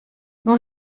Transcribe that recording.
nun